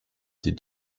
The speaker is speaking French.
des